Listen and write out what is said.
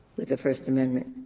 with the first amendment.